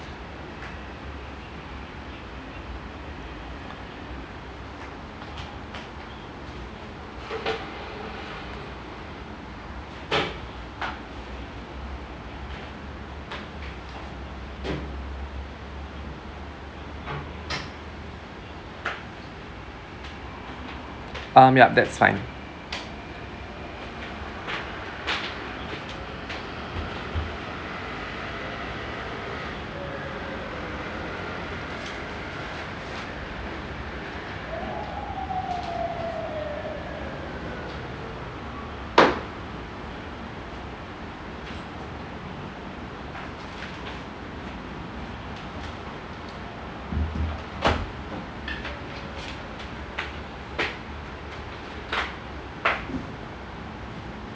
um yup that's fine